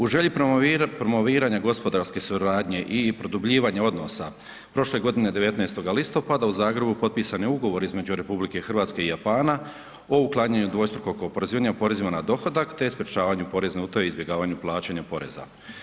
U želji promoviranja gospodarske suradnje i produbljivanja odnosa, prošle godine 19. listopada u Zagrebu potpisan je ugovor između RH i Japana o uklanjanju dvostrukog oporezivanja porezima na dohodak, te sprječavanju porezne utaje i izbjegavanju plaćanja poreza.